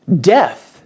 death